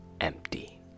empty